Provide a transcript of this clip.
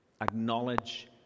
acknowledge